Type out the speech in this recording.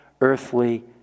earthly